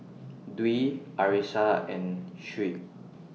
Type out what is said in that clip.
Dwi Arissa and Shuib